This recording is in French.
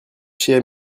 chez